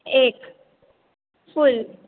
एक फुल